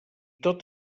tot